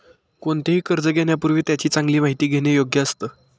कोणतेही कर्ज घेण्यापूर्वी त्याची चांगली माहिती घेणे योग्य असतं